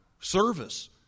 service